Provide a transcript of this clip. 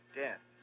death